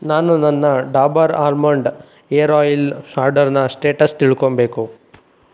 ನಾನು ನನ್ನ Dabur almond hair oil ಆರ್ಡರ್ನ ಸ್ಟೇಟಸ್ ತಿಳ್ಕೊಳ್ಬೇಕು